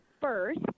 first